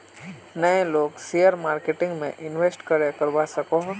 नय लोग share marketing में इंवेस्ट करे करवा सकोहो?